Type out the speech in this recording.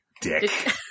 dick